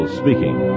speaking